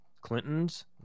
clinton's